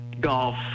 golf